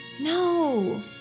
No